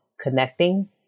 connecting